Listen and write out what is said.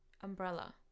Umbrella